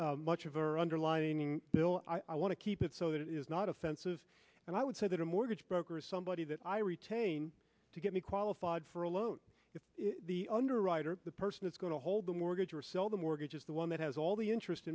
our underlying bill i want to keep it so that it is not offensive and i would say that a mortgage broker is somebody that i retain to give me qualified for a loan if the underwriter the person is going to hold the mortgage or sell the mortgage is the one that has all the interest